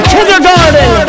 Kindergarten